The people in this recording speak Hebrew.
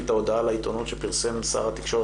את ההודעה לעיתונות שפרסם שר התקשורת,